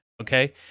Okay